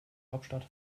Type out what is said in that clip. hauptstadt